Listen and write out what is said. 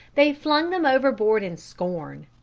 they flung them overboard in scorn.